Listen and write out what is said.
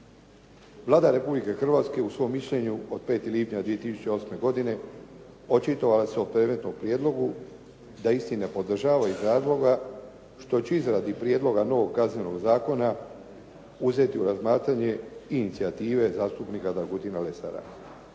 Vlada Republike Hrvatske u svom mišljenju od 5. lipnja 2008. godine očitovala se o predmetnom prijedlogu da isti ne podržava iz razloga što će izradi prijedloga novog Kaznenog zakona uzeti u razmatranje i inicijative zastupnika Dragutina Lesara.